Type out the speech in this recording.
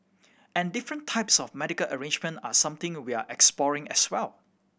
and different types of medical arrangement are something we're exploring as well